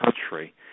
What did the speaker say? country